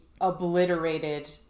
obliterated